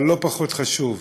אבל לא פחות חשוב,